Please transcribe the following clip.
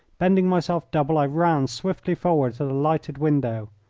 bending myself double i ran swiftly forward to the lighted window.